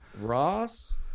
Ross